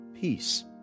peace